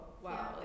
wow